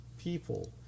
people